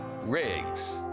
Riggs